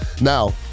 Now